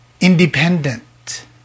Independent